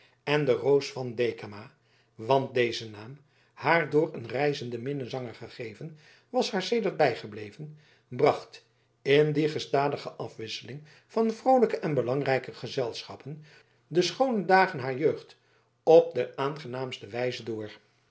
en de roos van dekama want deze naam haar door een reizenden minnezanger gegeven was haar sedert bijgebleven bracht in die gestadige afwisseling van vroolijke en belangrijke gezelschappen de schoone dagen harer jeugd op de aangenaamste wijze door